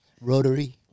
Rotary